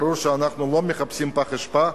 ברור שאנחנו לא מחפשים פח אשפה,